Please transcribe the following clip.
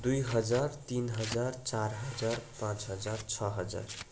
दुई हजार तिन हजार चार हजार पाँच हजार छ हजार